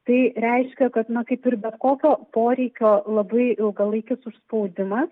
tai reiškia kad na kaip ir bet kokio poreikio labai ilgalaikis užspaudimas